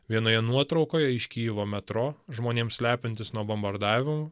vienoje nuotraukoje iš kijevo metro žmonėms slepiantis nuo bombardavimų